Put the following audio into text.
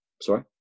sorry